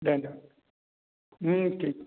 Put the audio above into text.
चलो हम्म ठीक है